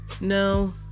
No